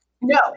No